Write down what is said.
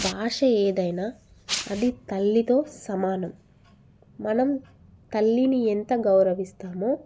భాష ఏదైనా అది తల్లితో సమానం మనం తల్లిని ఎంత గౌరవిస్తామో